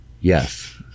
Yes